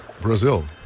Brazil